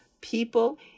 people